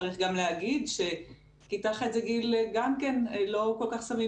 צריך גם להגיד שכיתה ח' זה גיל לא כל כך שמים